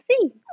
see